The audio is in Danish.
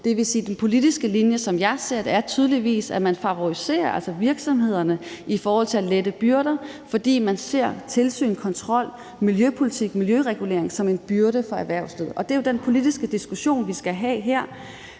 Det vil sige, at den politiske linje, som jeg ser det, er tydeligvis, at man altså favoriserer virksomhederne i forhold til at lette byrder, fordi man ser tilsyn og kontrol og miljøpolitik og miljøregulering som en byrde for erhvervslivet. Det er jo den politiske diskussion, vi skal have her,